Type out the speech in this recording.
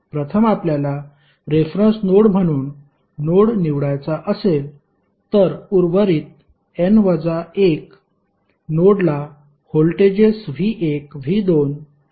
प्रथम आपल्याला reference node म्हणून नोड निवडायचा असेल तर उर्वरित n वजा 1 नोडला व्होल्टेजेस V1 V2 Vn असावे